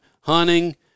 hunting